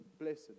Blessed